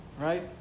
Right